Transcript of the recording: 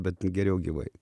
bet geriau gyvai